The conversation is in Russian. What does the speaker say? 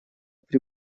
при